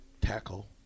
tackle